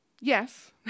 Yes